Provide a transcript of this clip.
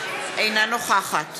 אינה נוכחת